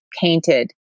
painted